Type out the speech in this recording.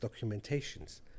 documentations